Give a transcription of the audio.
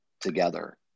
together